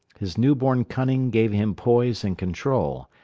his newborn cunning gave him poise and control.